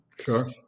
sure